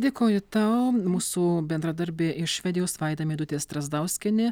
dėkoju tau mūsų bendradarbė iš švedijos vaida meidutė strazdauskienė